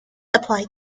apply